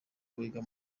wiga